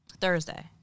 Thursday